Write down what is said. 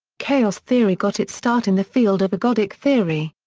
chaos theory got its start in the field of ergodic theory.